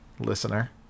Listener